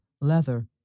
leather